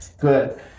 Good